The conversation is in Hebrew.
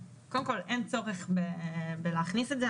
קודם כל, אין צורך להכניס את זה.